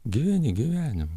gyveni gyvenimą